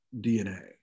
DNA